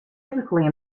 typically